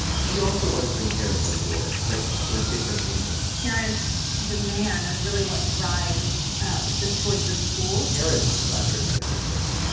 she also wanted to bring parents on board but for a different reason parents' demand is really what drives um the choice of schools parents decide where to send their kids.